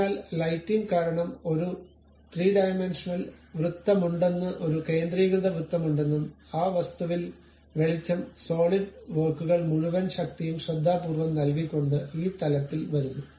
അതിനാൽ ലൈറ്റിംഗ് കാരണം ഒരു 3 ഡയമെൻഷണൽ വൃത്തമുണ്ടെന്നും ഒരു കേന്ദ്രീകൃത വൃത്തമുണ്ടെന്നും ആ വസ്തുവിൽ വെളിച്ചം സോളിഡ് വർക്കുകൾ മുഴുവൻ ശക്തിയും ശ്രദ്ധാപൂർവ്വം നൽകിക്കൊണ്ട് ഈ തലത്തിൽ വരുന്നു